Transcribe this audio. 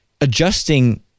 adjusting